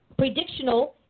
Predictional